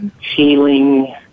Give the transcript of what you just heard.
healing